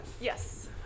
Yes